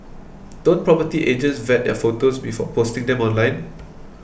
don't property agents vet their photos before posting them online